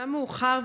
אומנם מאוחר,